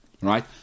right